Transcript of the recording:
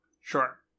sure